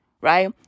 right